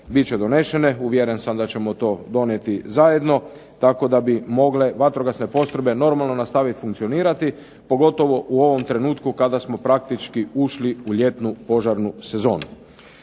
bit će donešene. Uvjeren sam da ćemo to donijeti zajedno tako da bi mogle vatrogasne postrojbe normalno nastaviti funkcionirati pogotovo u ovom trenutku kada smo praktički ušli u ljetnu požarnu sezonu.